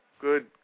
Good